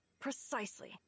Precisely